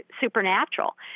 supernatural